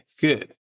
good